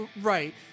Right